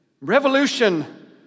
revolution